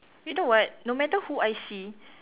you know what no matter who I see